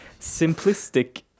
simplistic